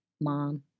mom